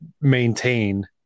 maintain